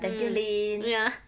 mm ya